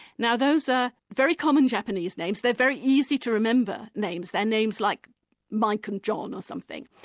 now those are very common japanese names, they're very easy to remember names, they're names like mike and john or something.